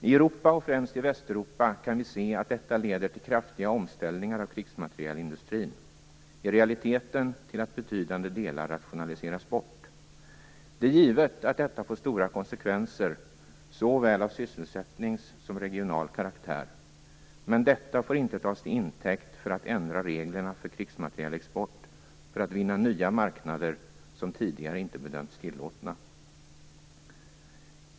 I Europa och främst i Västeuropa kan vi se att detta leder till kraftiga omställningar av krigsmaterielindustrin och i realiteten till att betydande delar rationaliseras bort. Det är givet att det får stora konsekvenser såväl av sysselsättnings som regional karaktär. Men detta får inte tas till intäkt för att ändra reglerna för krigsmaterielexport för att vinna nya marknader som tidigare inte bedömts tillåtna.